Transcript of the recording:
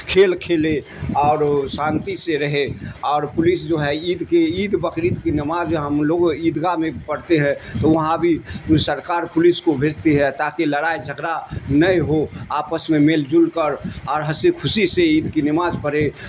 کھیل کھیلے اور شانتی سے رہے اور پولیس جو ہے عید کے عید بقر عید کی نمااز ہم لوگوں عیدگاہ میں پڑھتے ہے تو وہاں بھی سرکار پولیس کو بھیجتی ہے تاکہ لڑائی جھگڑا نہیں ہو آپس میں مل جل کر اور ہنسی خوشی سے عید کی نمااز پڑھے